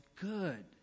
good